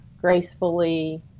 gracefully